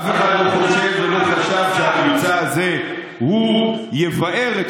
אף אחד לא חושב ולא חשב שהמבצע הזה יבער את